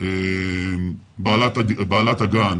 בעלת הגן